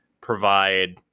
provide